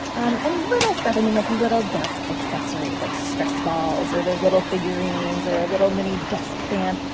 um and little stuff i mean, like little desk accessories, like stress balls or those little figurines or a little mini desk fan,